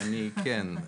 כן.